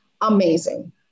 amazing